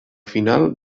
final